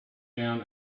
down